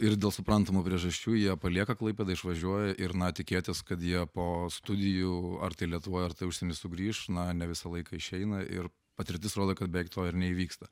ir dėl suprantamų priežasčių jie palieka klaipėdą išvažiuoja ir na tikėtis kad jie po studijų ar tai lietuvoj ar užsieny sugrįš na ne visą laiką išeina ir patirtis rodo kad beveik to ir neįvyksta